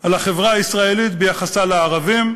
על החברה הישראלית ביחסה לערבים,